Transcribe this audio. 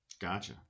Gotcha